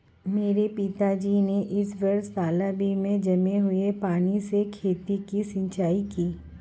मेरे पिताजी ने इस वर्ष तालाबों में जमा हुए पानी से खेतों की सिंचाई की